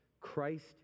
Christ